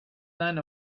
line